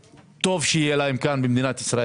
לא הייתה נורה אדומה במחלקת הרווחה.